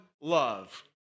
love